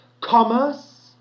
Commerce